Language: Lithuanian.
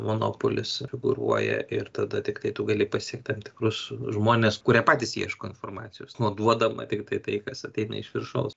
monopolis figūruoja ir tada tiktai tu gali pasiekt tam tikrus žmones kurie patys ieško informacijos o duodama tiktai tai kas ateina iš viršaus